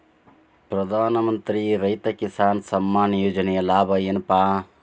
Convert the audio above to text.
ಪ್ರಧಾನಮಂತ್ರಿ ರೈತ ಕಿಸಾನ್ ಸಮ್ಮಾನ ಯೋಜನೆಯ ಲಾಭ ಏನಪಾ?